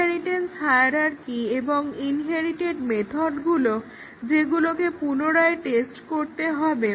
inheritance hierarchy এবং inherited মেথডগুলো যেগুলোকে পুনরায় টেস্ট করতে হবে